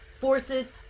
forces